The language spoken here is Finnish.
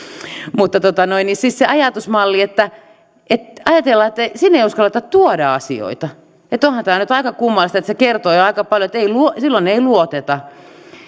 mutta siis se ajatusmalli että että ajatellaan että sinne ei uskalleta tuoda asioita onhan tämä nyt aika kummallista se kertoo jo aika paljon että silloin ei luoteta